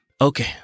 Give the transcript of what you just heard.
Okay